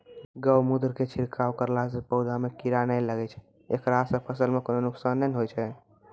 गोमुत्र के छिड़काव करला से पौधा मे कीड़ा नैय लागै छै ऐकरा से फसल मे कोनो नुकसान नैय होय छै?